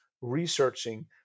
researching